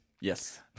Yes